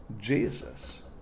jesus